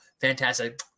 Fantastic